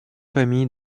famille